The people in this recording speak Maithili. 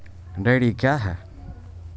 डेयरी क्या हैं?